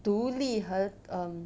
独立和 um